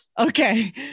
Okay